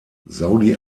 saudi